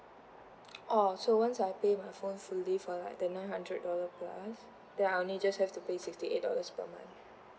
orh so once I pay my phone fully for like the nine hundred dollar plus then I only just have to pay sixty eight dollars per month